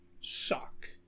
suck